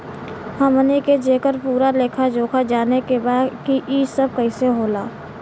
हमनी के जेकर पूरा लेखा जोखा जाने के बा की ई सब कैसे होला?